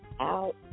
out